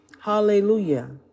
Hallelujah